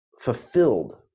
fulfilled